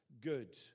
good